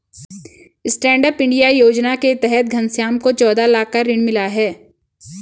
stand up India योजना के तहत घनश्याम को चौदह लाख का ऋण मिला है